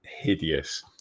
hideous